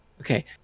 Okay